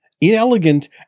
inelegant